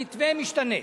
המתווה משתנה,